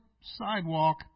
sidewalk